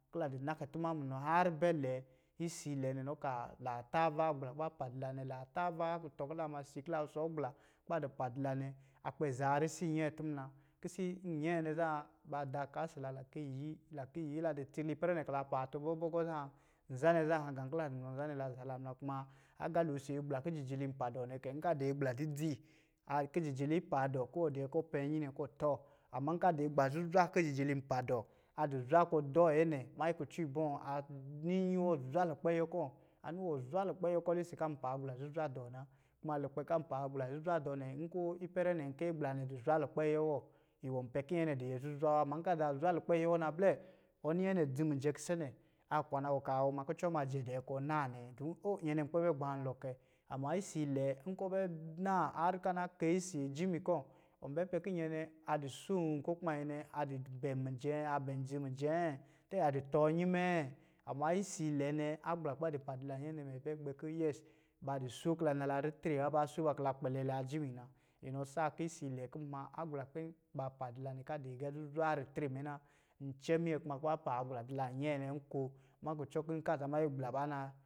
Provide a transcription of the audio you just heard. Ki la di na kutuma munɔ harr bɛ lɛ. Isiilɛ nɛ nɔ kaa, laa taava gbla kuba pa di la nɛ, la taava a kutɔ̄ ki la ma si ki la wusɔ agbla kuba di pa di la nɛ. A kpɛ zaa risi nyɛɛ tumuna. Kisi nyɛɛ nɛ zan, ba da ka isi la, la ki yii, la ki yii, la di itsi nɛ ipɛrɛ nɛ kila paatɔ̄ bɔɔbɔgɔ zan, nzanɛ zan, gā kila di munɔ nza nɛ la zala ma, kuma, agalo si gbla ki jijili pa dɔɔ nɛ kɛ, nka di gbla dzidzi a ki jijili paa dɔɔ kɔ̄ wɔ di nyɛ kɔ pɛnyi nɛ kɔ tɔɔ. Amma ka di gba zuzwa ki jijili pa dɔɔ, a du zwa kɔ dɔɔ nyɛ nɛ, manyi kucɔ ibɔ̄, ani nyi wɔ zwa inkpɛɛyɛ kɔ, ani wɔ zwa lukpɛɛyɛ kɔ lisin kam pa agbla zuzwa dɔɔ na. Kuma iwapɛ kam pa agbla zuzwa dɔɔ nnɛ, nkɔ̄ ipɛrɛ nɛ ki agbla nɛ du zwa lulapɛɛyɛ wɔ, iwɔ pɛ kinyɛ nɛ di nyɛ zuzwa wa, amma ka zaa zwa lukpɛɛyɛ wɔ na, blɛ ɔ ni nyɛ nɛ dzi niijɛ kise nɛ, a kwana wɔ kaa ɔ ma kucɔ ma jɛ dɛɛ kɔɔ naa nɛ, dum o nyɛ nɛ kpɛ bɛ gbamiɔ kɛ. Amma isiilɛ nkɔ̄ bɛ naa harr kana kɛyi isi jimi kɔ, ɔ bɛ pɛ ki nyɛ nɛ adi soom ko kuma nyɛ nɛ a di dum, bɛm mijɛ, a bɛm dzi mijɛɛ tɛ a di tɔɔ nyi mɛɛ. Amma isiilɛ nɛ agbla kuba di pa di la nyɛɛ nɛ, mɛ bɛ gbɛ ba di soo ki la nala ritre wa, ba soo ba kila kpɛlɛ la ajimi na. Inɔ saa ki isiilɔ̄ kɔ̄ n ma agbla kin baa padi la nɛ ka di agā zuzwa ritre mɛ na. Ncɛ minyɛ kuma kuba paa agbla dila nyɛɛ nɛ nko mɛ kucɔ kɔ̄ nka za manyi agbla baa na